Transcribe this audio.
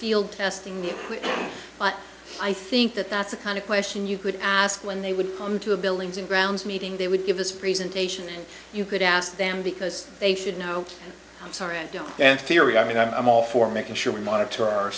field testing but i think that that's the kind of question you could ask when they would come into the buildings and grounds meeting they would give this presentation you could ask them because they said no i'm sorry and theory i mean i'm all for making sure we monitor our